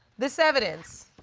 this evidence.